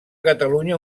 catalunya